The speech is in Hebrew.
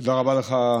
תודה רבה לך,